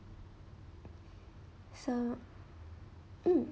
so mm